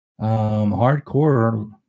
Hardcore